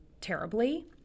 terribly